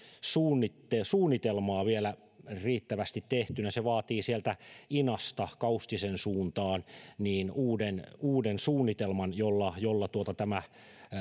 suunnitelmaa vielä riittävästi tehtynä se vaatii sieltä inasta kaustisen suuntaan uuden uuden suunnitelman jolla jolla tämä